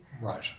right